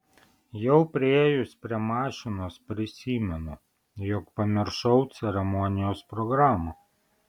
jau priėjus prie mašinos prisimenu jog pamiršau ceremonijos programą